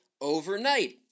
overnight